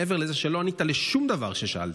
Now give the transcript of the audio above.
מעבר לזה שלא ענית על שום דבר ששאלתי,